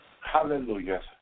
Hallelujah